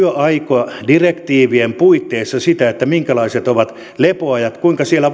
työaikadirektiivien puitteissa sitä minkälaiset ovat lepoajat kuinka siellä